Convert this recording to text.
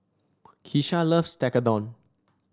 Kisha loves Tekkadon